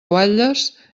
guatlles